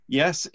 yes